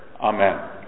Amen